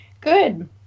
Good